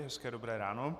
Hezké dobré ráno.